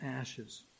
ashes